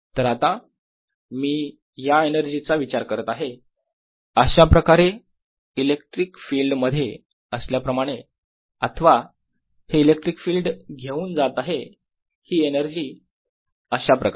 तर आता मी या एनर्जीचा विचार करत आहे अशाप्रकारे इलेक्ट्रिक फील्ड मध्ये असल्याप्रमाणे अथवा हे इलेक्ट्रिक फील्ड घेऊन जात आहे हि एनर्जी अशाप्रकारे